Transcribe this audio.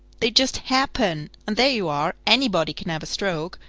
they just happen. and there you are. anybody can have a stroke.